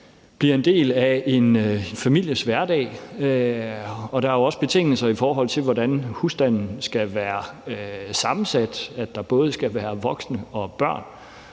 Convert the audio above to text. bliver en del af en families hverdag, og der er jo også betingelser, i forhold til hvordan husstanden skal være sammensat. Der skal både være voksne og børn.